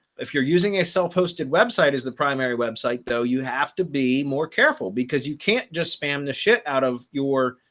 if you're using a self hosted website is the primary website though you have to be more careful because you can't just spam the shit out of your,